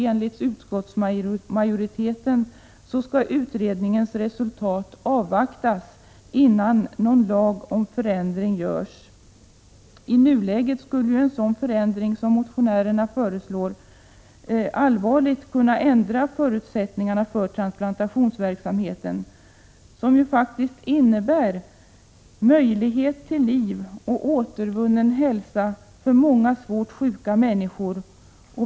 Enligt utskottsmajoritetens mening skall utredningens resultat avvaktas innan lagförändring görs. I nuläget skulle en sådan förändring som motionärerna föreslår allvarligt kunna ändra förutsättningarna för transplantationsverksamheten, som ju faktiskt innebär möjlighet till liv och återvunnen hälsa för många svårt sjuka människor.